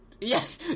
yes